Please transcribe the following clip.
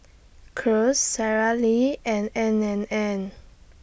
Kose Sara Lee and N and N